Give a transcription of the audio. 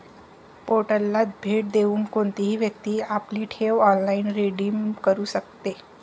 पोर्टलला भेट देऊन कोणतीही व्यक्ती आपली ठेव ऑनलाइन रिडीम करू शकते